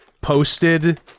posted